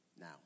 now